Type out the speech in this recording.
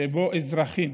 שבו אזרחים,